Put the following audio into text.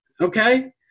Okay